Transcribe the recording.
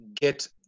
get